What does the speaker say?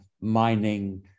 mining